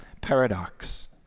paradox